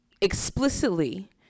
explicitly